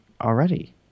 already